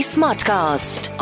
Smartcast